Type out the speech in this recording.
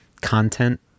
content